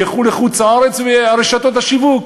ילכו לחוץ-לארץ, רשתות השיווק?